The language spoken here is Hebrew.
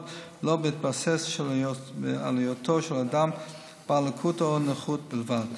ולא בהתבסס על היותו של אדם בעל לקות או נכות בלבד.